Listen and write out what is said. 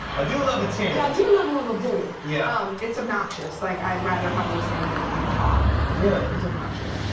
i do love a tune. yeah, i do love a little ditty. yeah. it's obnoxious. like, i'd rather probably sing than than talk. really? it's obnoxious.